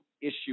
issue